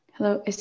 Hello